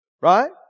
Right